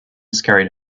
scurried